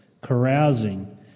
carousing